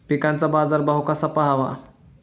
पिकांचा बाजार भाव कसा पहावा?